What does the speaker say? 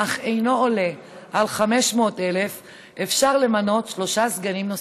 אך אינו עולה על 500,000 אפשר למנות שלושה סגנים נוספים,